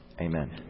Amen